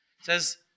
says